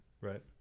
Right